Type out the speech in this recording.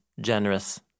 generous